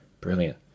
brilliant